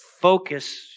focus